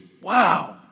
Wow